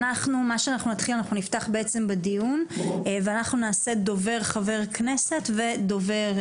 אנחנו נפתח בעצם בדיון ואנחנו נעשה דובר-חבר כנסת ודובר,